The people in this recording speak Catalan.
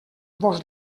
vos